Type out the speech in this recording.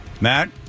Matt